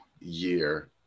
year